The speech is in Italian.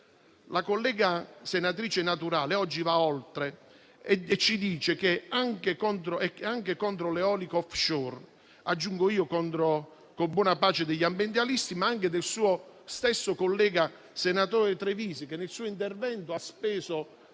La collega, senatrice Naturale, oggi è andata oltre e ci ha detto di essere anche contro l'eolico *offshore* - aggiungo io - con buona pace degli ambientalisti, ma anche del suo stesso collega, senatore Trevisi, che nel suo intervento ha speso